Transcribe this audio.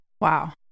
Wow